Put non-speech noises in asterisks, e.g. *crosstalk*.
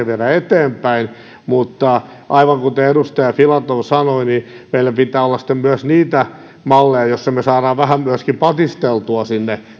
*unintelligible* viedä eteenpäin mutta aivan kuten edustaja filatov sanoi meillä pitää olla sitten myös niitä malleja joissa me saamme vähän myöskin patisteltua sinne